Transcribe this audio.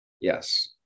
Yes